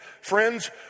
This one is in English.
Friends